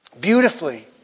beautifully